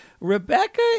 Rebecca